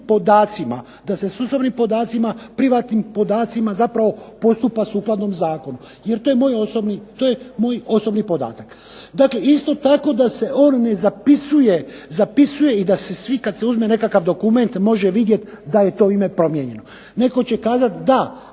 podacima, da se s osobnim podacima, privatnim podacima zapravo postupa sukladno zakonu. Jer to je moj osobni, to je moj osobni podatak. Dakle, isto tako da se on ne zapisuje i da se svi kad se uzme nekakav dokument može vidjeti da je to ime promijenjeno. Netko će kazati da,